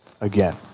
again